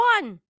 one